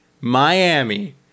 Miami